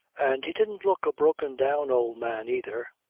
and he didn't look a broken-down old man, either.